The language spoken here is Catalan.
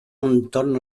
entorn